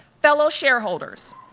fellow shareholders,